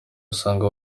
usanga